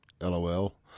LOL